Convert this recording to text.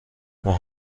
ماه